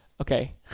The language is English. Okay